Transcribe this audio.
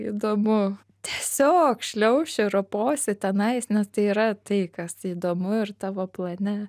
įdomu tiesiog šliauši roposi tenais nes tai yra tai kas įdomu ir tavo plane